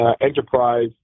enterprise